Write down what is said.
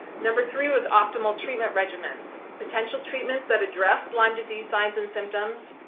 number three was optimal treatment regimen. potential treatments that address lyme disease signs and symptoms,